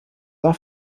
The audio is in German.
war